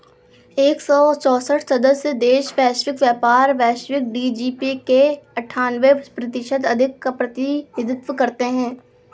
एक सौ चौसठ सदस्य देश वैश्विक व्यापार, वैश्विक जी.डी.पी के अन्ठान्वे प्रतिशत से अधिक का प्रतिनिधित्व करते हैं